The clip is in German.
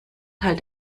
teil